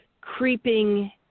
creeping